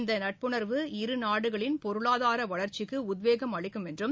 இந்த நட்புணர்வு இருநாடுகளின் பொருளாதார வளர்ச்சிக்கு உத்வேகம் அளிக்கும் என்றும்